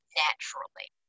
naturally